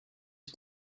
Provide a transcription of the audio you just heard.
het